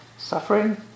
Suffering